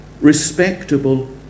respectable